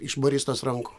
iš baristos rankų